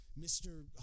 Mr